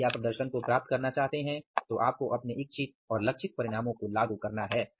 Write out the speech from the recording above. यदि आप प्रदर्शन को प्राप्त करना चाहते हैं तो आपको अपने इच्छित और लक्षित परिणामों को लागू करना है